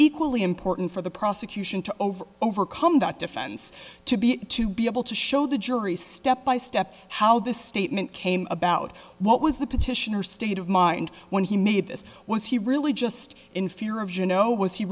equally important for the prosecution to over overcome that defense to be to be able to show jury step by step how this statement came about what was the petitioner state of mind when he made this was he really just in fear of juno was he